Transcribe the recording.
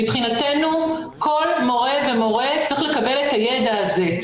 מבחינתנו כל מורה ומורה צריך לקבל את הידע הזה.